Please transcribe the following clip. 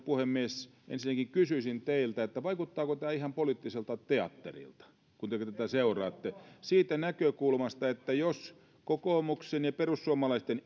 puhemies ensinnäkin kysyisin teiltä vaikuttaako tämä ihan poliittiselta teatterilta kun te tätä seuraatte siitä näkökulmasta että jos kokoomuksen ja perussuomalaisten